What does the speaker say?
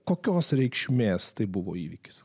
kokios reikšmės tai buvo įvykis